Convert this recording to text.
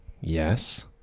Yes